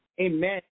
Amen